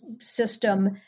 system